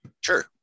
Sure